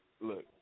Look